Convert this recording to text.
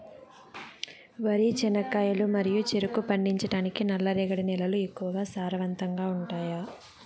వరి, చెనక్కాయలు మరియు చెరుకు పండించటానికి నల్లరేగడి నేలలు ఎక్కువగా సారవంతంగా ఉంటాయా?